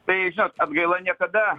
tai atgaila niekada